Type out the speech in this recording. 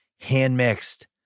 hand-mixed